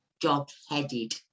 dog-headed